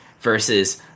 versus